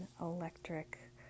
electric